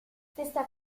stessa